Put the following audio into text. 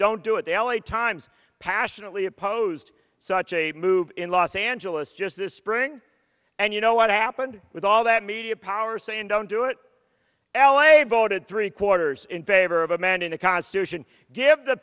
don't do it the l a times passionately opposed such a move in los angeles just this spring and you know what happened with all that media power saying don't do it l a voted three quarters in favor of amending the constitution give the